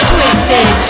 Twisted